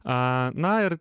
a na ir